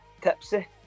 Tipsy